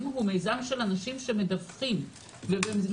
אלא הוא מיזם של אנשים שמדווחים למשטרה.